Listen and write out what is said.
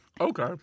Okay